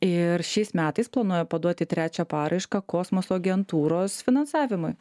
ir šiais metais planuoja paduoti trečią paraišką kosmoso agentūros finansavimui